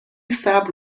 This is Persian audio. صبر